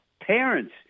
parents